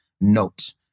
note